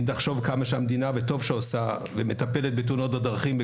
עם כמה שהמדינה מטפלת בתאונות הדרכים,